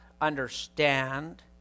understand